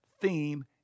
theme